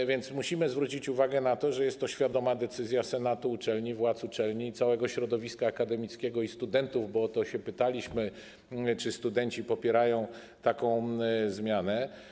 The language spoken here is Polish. A więc musimy zwrócić uwagę na to, że jest to świadoma decyzja senatu uczelni, władz uczelni, całego środowiska akademickiego i studentów, bo o to też pytaliśmy, czy studenci popierają taką zmianę.